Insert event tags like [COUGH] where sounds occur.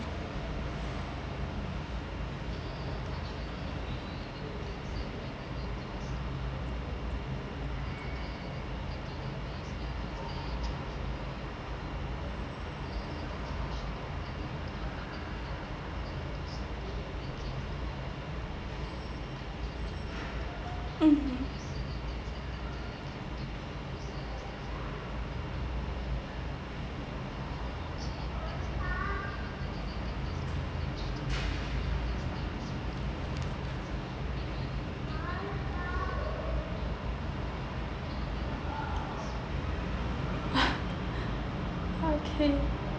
mmhmm [LAUGHS] okay